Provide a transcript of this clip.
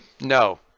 No